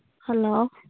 hello